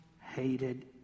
hated